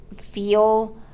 feel